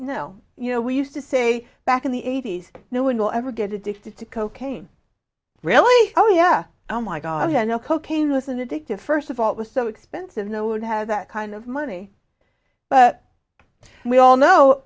no you know we used to say back in the eighty's no one will ever get addicted to cocaine really oh yeah oh my god i know cocaine was an addictive first of all it was so expensive no would have that kind of money but we